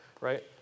right